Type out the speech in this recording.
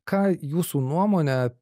ką jūsų nuomone